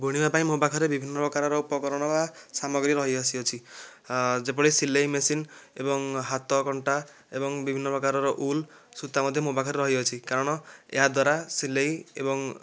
ବୁଣିବା ପାଇଁ ମୋ ପାଖରେ ବିଭିନ୍ନ ପ୍ରକାର ଉପକରଣ ବା ସାମଗ୍ରୀ ରହି ଆସିଅଛି ଯେପରି ସିଲେଇ ମେସିନ୍ ଏବଂ ହାତକଣ୍ଟା ଏବଂ ବିଭିନ୍ନ ପ୍ରକାରର ଉଲ୍ ସୁତା ମଧ୍ୟ ମୋ ପାଖରେ ରହିଅଛି କାରଣ ଏହାଦ୍ୱାରା ସିଲେଇ ଏବଂ